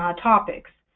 um topics.